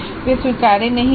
वे स्वीकार्य नहीं थे